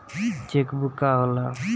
Check book का होला?